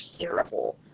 terrible